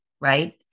right